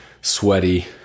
sweaty